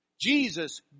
Jesus